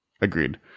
Agreed